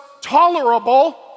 tolerable